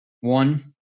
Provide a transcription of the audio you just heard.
One